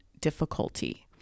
difficulty